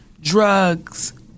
drugs